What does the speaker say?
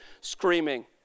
screaming